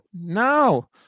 no